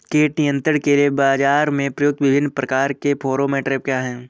कीट नियंत्रण के लिए बाजरा में प्रयुक्त विभिन्न प्रकार के फेरोमोन ट्रैप क्या है?